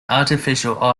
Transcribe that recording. artificial